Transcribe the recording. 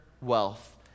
wealth